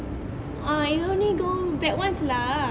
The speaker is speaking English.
ah it only go back once lah